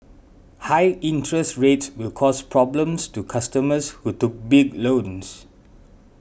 high interest rates will cause problems to customers who took big loans